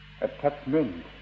attachment